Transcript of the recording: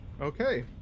Okay